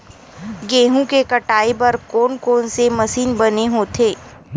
गेहूं के कटाई बर कोन कोन से मशीन बने होथे?